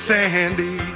Sandy